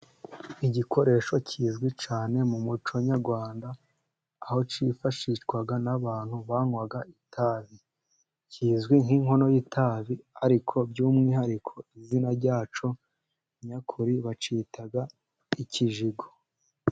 Igikoresho kizwi cyane mu mucyo nyarwanda, aho cyifashishwa n'abantu banywa itabi. Kizwi nk'inkono y'itabi, ariko by'umwihariko izina ryacyo nyakuri bacyita, ikijigo.